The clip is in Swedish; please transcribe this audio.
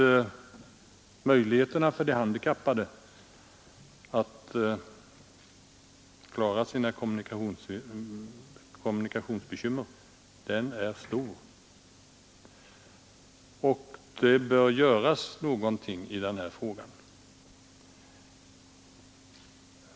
Angelägenheten för de handikappade att klara sina kommunikationsbekymmer är stor, och det bör göras någonting i den frågan.